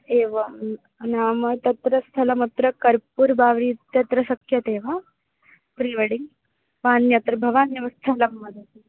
एवं नाम तत्र स्थलमत्र कर्पुर् बाव्रि इत्यत्र शक्यते वा प्रीवेडिङ्ग् वान्यत्र भवान् एव स्थलं वदतु